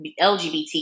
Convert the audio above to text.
LGBT